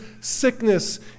sickness